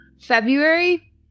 February